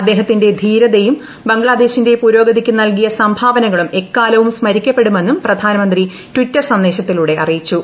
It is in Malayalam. അദ്ദേഹത്തിന്റെ ധീരതയും ബംഗ്ലാ്ദേശിന്റെ പുരോഗതിക്ക് നൽകിയ സംഭാവനകളും എക്കാലവും സ്മരിക്കപ്പെടുമെന്നും പ്രധാനമന്ത്രി ട്ടിറ്റർ സന്ദേശത്തിലൂടെ അറിയിച്ചു